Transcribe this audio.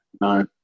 No